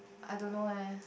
I don't know eh